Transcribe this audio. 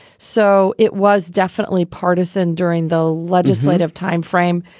so it was definitely partisan during the legislative timeframe.